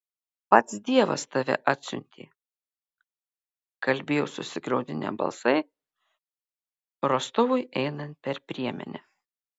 pats dievas tave atsiuntė kalbėjo susigraudinę balsai rostovui einant per priemenę